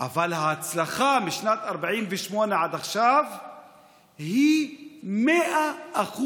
אבל ההצלחה משנת 48' עד עכשיו היא 100%,